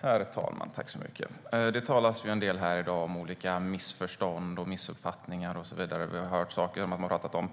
Herr talman! Det talas en del här i dag om olika missförstånd, missuppfattningar och så vidare. Vi har hört att man har talat om